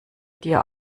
dir